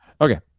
Okay